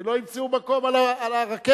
ולא ימצאו מקום על הרכבת.